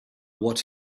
what